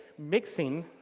mixing